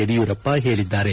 ಯಡಿಯೂರಪ್ಪ ಹೇಳಿದ್ದಾರೆ